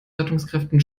rettungskräften